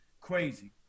crazy